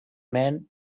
man